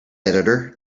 editor